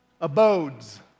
abodes